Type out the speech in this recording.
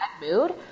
mood